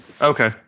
Okay